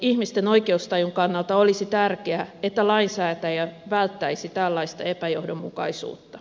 ihmisten oikeustajun kannalta olisi tärkeää että lainsäätäjä välttäisi tällaista epäjohdonmukaisuutta